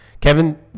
Kevin